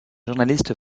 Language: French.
journaliste